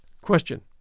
Question